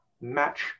match